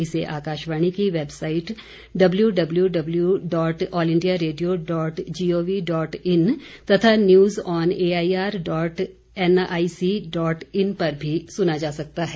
इसे आकाशवाणी की website W W W dot All India Radio dot G O V dot in तथा news on A I R dot N I C dot in पर भी सुना जा सकता है